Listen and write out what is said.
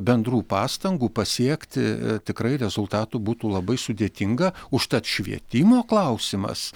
bendrų pastangų pasiekti tikrai rezultatų būtų labai sudėtinga užtat švietimo klausimas